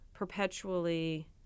perpetually